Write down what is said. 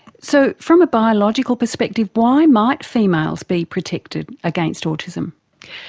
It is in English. so from a biological perspective, why might females be protected against autism?